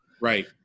Right